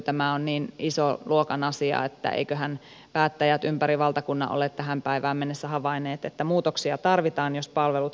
tämä on niin ison luokan asia että eivätköhän päättäjät ympäri valtakunnan ole tähän päivään mennessä havainneet että muutoksia tarvitaan jos palvelut halutaan turvata